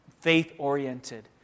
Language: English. faith-oriented